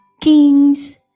kings